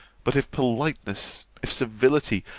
but if politeness, if civility,